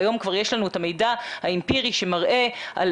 והיום כבר יש לנו את המידע האמפירי שמראה על